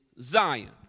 Zion